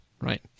right